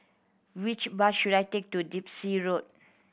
which bus should I take to Dempsey Road